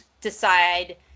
decide